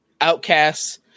outcasts